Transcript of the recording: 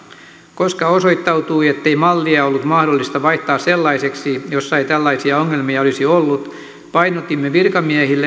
koska osoittautui ettei mallia ollut mahdollista vaihtaa sellaiseksi jossa ei tällaisia ongelmia olisi ollut painotimme virkamiehille